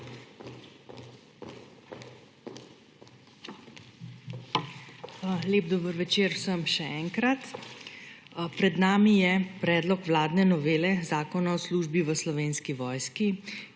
Lep dober večer vsem še enkrat! Pred nami je predlog vladne novele Zakona o službi v Slovenski vojski,